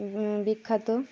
বিখ্যাত